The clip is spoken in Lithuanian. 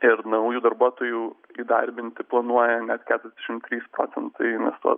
ir naujų darbuotojų įdarbinti planuoja net keturiasdešimt trys procentai investuotojų